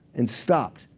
and stopped.